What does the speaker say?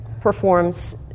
performs